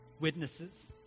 witnesses